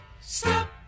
stop